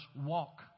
walk